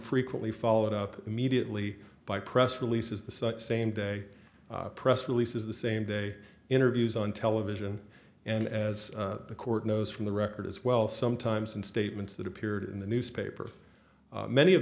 frequently followed up immediately by press releases the such same day press releases the same day interviews on television and as the court knows from the record as well sometimes in statements that appeared in the newspaper many of